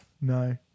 no